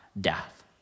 death